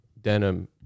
denim